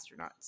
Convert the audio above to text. astronauts